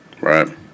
right